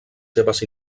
seves